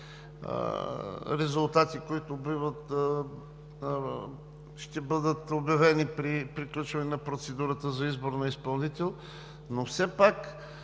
резултати, които ще бъдат обявени при приключване на процедурата за избор на изпълнител. Но все пак